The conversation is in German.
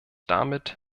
damit